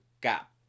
gap